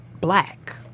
black